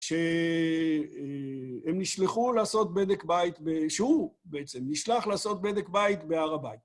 ש... הם... הם נשלחו לעשות בדק בית ב - שהוא, בעצם - נשלח לעשות בדק בית בהר הבית.